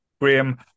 Graham